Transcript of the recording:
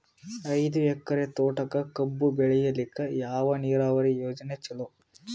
ಐದು ಎಕರೆ ತೋಟಕ ಕಬ್ಬು ಬೆಳೆಯಲಿಕ ಯಾವ ನೀರಾವರಿ ಯೋಜನೆ ಚಲೋ?